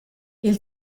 i’l